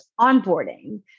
onboarding